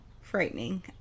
frightening